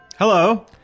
Hello